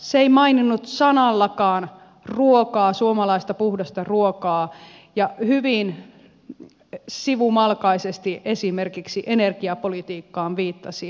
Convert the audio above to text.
se ei maininnut sanallakaan ruokaa suomalaista puhdasta ruokaa ja hyvin sivumalkaisesti esimerkiksi energiapolitiikkaan viittasi